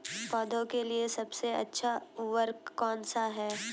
पौधों के लिए सबसे अच्छा उर्वरक कौन सा है?